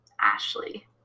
Ashley